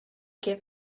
give